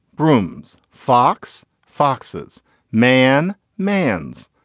broome's fox foxes man man's.